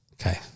Okay